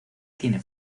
tiene